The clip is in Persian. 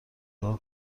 کار